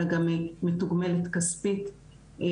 היא גם מתוגמלת כספית,